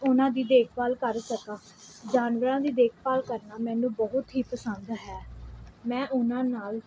ਉਹਨਾਂ ਦੀ ਦੇਖਭਾਲ ਕਰ ਸਕਾਂ ਜਾਨਵਰਾਂ ਦੀ ਦੇਖਭਾਲ ਕਰਨਾ ਮੈਨੂੰ ਬਹੁਤ ਹੀ ਪਸੰਦ ਹੈ ਮੈਂ ਉਹਨਾਂ ਨਾਲ